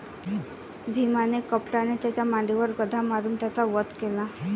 भीमाने कपटाने त्याच्या मांडीवर गदा मारून त्याचा वध केला